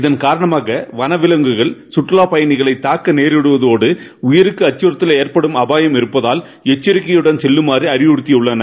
இதன்காரணமாக வன விலங்குகள் கற்றவாப்பயணிகளை தூக்க நேரிடுவதோடு உயிருக்கு அச்சுறத்தல் ஏற்படும் அபாயம் இருட்பதால் எச்சரிக்கையுடன் செல்லமாறு அறிவறுத்தியுள்ளனர்